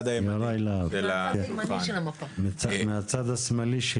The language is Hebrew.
יוצא צריך להמית את אותם בעלי חיים,